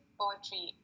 poetry